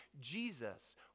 Jesus